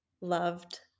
loved